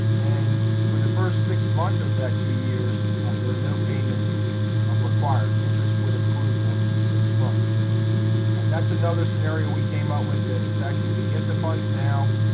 and for the first six months of that two years there are no payments required. interest would accrue during those six months. so that's another scenario we came up with. that, in fact, you could get the funds now.